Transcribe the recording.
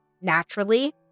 naturally